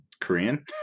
Korean